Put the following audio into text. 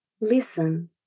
Listen